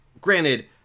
granted